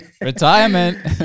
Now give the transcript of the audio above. retirement